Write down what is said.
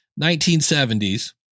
1970s